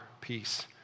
peace